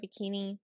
bikini